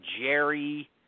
Jerry